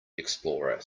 explorer